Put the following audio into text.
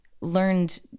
learned